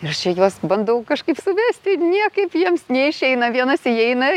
ir aš čia juos bandau kažkaip suvesti niekaip jiems neišeina vienas įeina